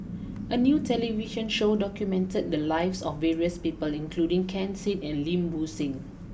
a new television show documented the lives of various people including Ken Seet and Lim Bo Seng